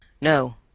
No